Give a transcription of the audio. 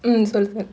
mm சொல்லு:sollu